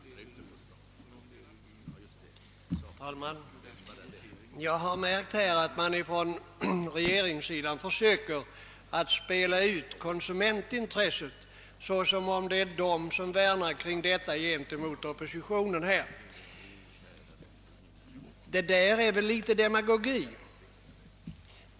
Herr talman! Jag har märkt att man från regeringspartiets sida försöker spela ut konsumentintresset som om det skulle vara regeringen som värnar om detta i motsats till oppositionen. Men här rör det sig väl om litet demagogi.